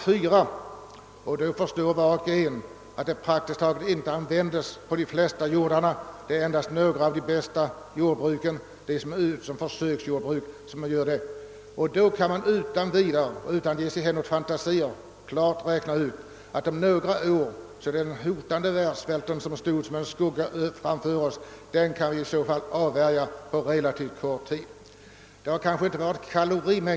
Var och en förstår då att gödningsmedel praktiskt taget inte användes på de flesta jordarna. Det är strängt taget bara i försöksjordbruken som detta förekommer i dessa länder. Utan att ge sig hän åt fantasier kan man räkna ut att världssvälten, som stått som ett hotande spöke framför oss, genom användning av gödningsmedel kan avvärjas på relativt kort tid.